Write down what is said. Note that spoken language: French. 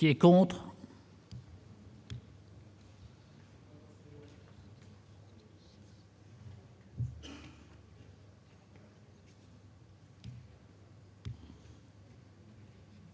Qui est contre.